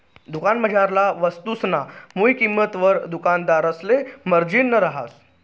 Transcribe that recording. दुकानमझारला वस्तुसना मुय किंमतवर दुकानदारसले मार्जिन रहास